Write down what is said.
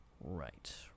Right